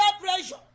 pressure